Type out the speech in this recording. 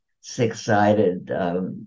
six-sided